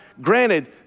granted